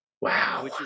Wow